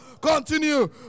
continue